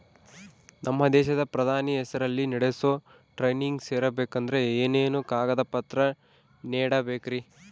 ನಮ್ಮ ದೇಶದ ಪ್ರಧಾನಿ ಹೆಸರಲ್ಲಿ ನಡೆಸೋ ಟ್ರೈನಿಂಗ್ ಸೇರಬೇಕಂದರೆ ಏನೇನು ಕಾಗದ ಪತ್ರ ನೇಡಬೇಕ್ರಿ?